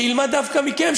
שילמד דווקא מכם,